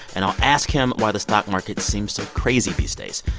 and i'll ask him why the stock market seems so crazy these days.